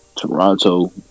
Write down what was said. Toronto